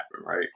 right